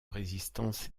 résistance